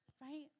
right